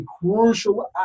crucial